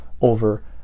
over